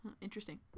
Interesting